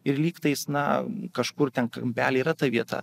ir lygtais na kažkur ten kampelyje yra ta vieta